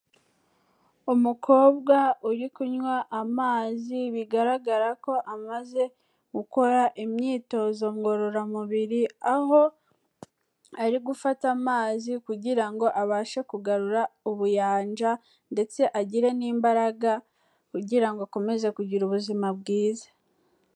Umukobwa uri kunywa amazi bigaragara ko amaze gukora imyitozo ngororamubiri, aho ari gufata amazi kugira ngo abashe kugarura ubuyanja ndetse agire n'imbaraga kugira ngo akomeze kugira ubuzima bwiza.